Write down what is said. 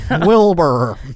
Wilbur